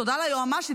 תודה ליועמ"שית,